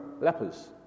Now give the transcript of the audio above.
lepers